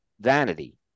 vanity